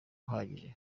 uhagije